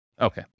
Okay